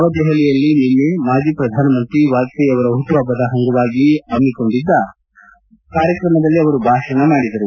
ನವದೆಹಲಿಯಲ್ಲಿ ನಿನ್ನೆ ಮಾಜಿ ಪ್ರಧಾನಮಂತ್ರಿ ವಾಜಪೇಯಿ ಅವರ ಹುಟ್ಟು ಹಬ್ಬದ ಅಂಗವಾಗಿ ಹಮ್ಮಿಕೊಂಡಿದ್ದ ಕಾರ್ಯಕ್ರಮದಲ್ಲಿ ಅವರು ಭಾಷಣ ಮಾಡಿದರು